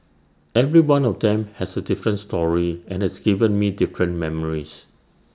every one of them has A different story and has given me different memories